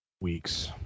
weeks